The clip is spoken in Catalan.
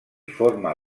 forma